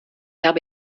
habe